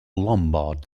lombard